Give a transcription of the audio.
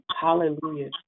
hallelujah